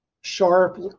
sharp